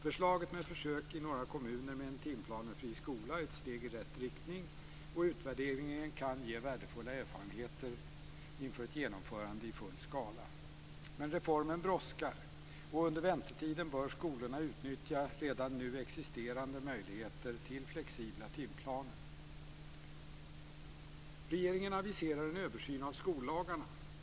Förslaget med försök i några kommuner med en timplanefri skola är ett steg i rätt riktning, och utvärderingen kan ge värdefulla erfarenheter inför ett genomförande i full skala. Men reformen brådskar, och under väntetiden bör skolorna utnyttja redan nu existerande möjligheter till flexibla timplaner. Regeringen aviserar en översyn av skollagarna.